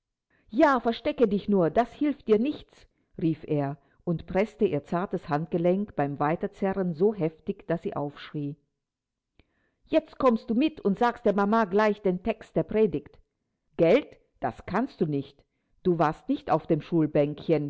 ja verstecke dich nur das hilft dir nichts rief er und preßte ihr zartes handgelenk beim weiterzerren so heftig daß sie aufschrie jetzt kommst du mit und sagst der mama gleich den text der predigt gelt das kannst du nicht du warst nicht auf den